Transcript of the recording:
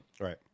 right